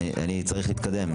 אני צריך להתקדם.